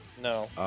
No